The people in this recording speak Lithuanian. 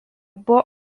buvo